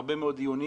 הרבה מאוד דיונים